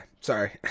sorry